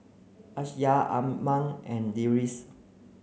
Aisyah Iman and Deris